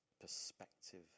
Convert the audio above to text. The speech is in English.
perspective